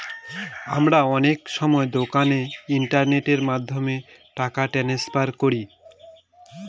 আমরা অনেক সময় দোকানে ইন্টারনেটের মাধ্যমে টাকা ট্রান্সফার করি